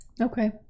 Okay